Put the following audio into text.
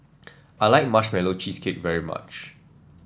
I like Marshmallow Cheesecake very much